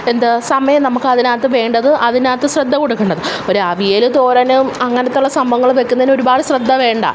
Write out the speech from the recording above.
എന്താ സമയം നമുക്ക് അതിനകത്ത് വേണ്ടത് അതിനകത്ത് ശ്രദ്ധ കൊടുക്കേണ്ടത് ഒരു അവിയൽ തോരനും അങ്ങനത്തുള്ള സംഭവങ്ങൾ വെക്കുന്നതിന് ഒരുപാട് ശ്രദ്ധ വേണ്ട